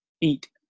eat